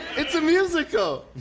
it's a musical!